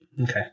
Okay